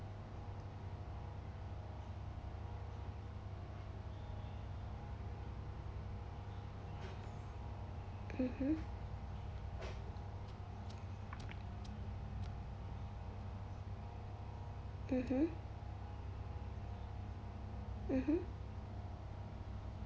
mmhmm mmhmm mmhmm